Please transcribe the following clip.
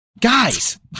guys